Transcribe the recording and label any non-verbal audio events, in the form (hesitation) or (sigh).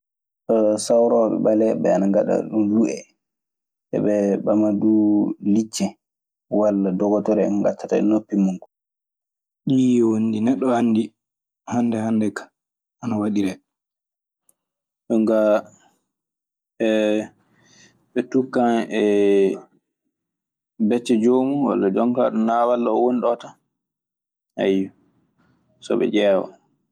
(hesitation) sawroɓe mbaleɓe ana gada dum luhee, He be bamma dum liceewala dogotore hen gattata e nopi mun. Ɗii woni ɗi neɗɗo anndi hannde hannde kaa ana waɗiree. Ɗum ka (hesitation) ɓe tukkan e becce joomun walla jooni ka to nawal woni ga fuu tan, eyyo, so ɓe ƴeewa.